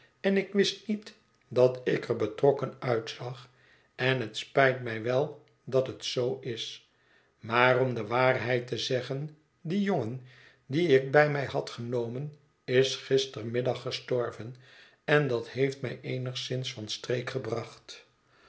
en ik wist niet dat ik er betrokken uitzag en het spijt mij wel dat het zoo is maar om de waarheid te zeggen die jongen dien ik bij mij had genomen is gistermiddag gestorven en dat heeft mij eenigszins van streek gebracht